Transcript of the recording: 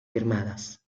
firmadas